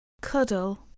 cuddle